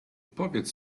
powiedz